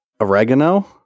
oregano